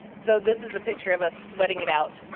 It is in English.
so this is a picture of us sweating it out,